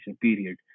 period